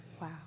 Wow